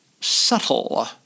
subtle